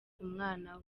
umwana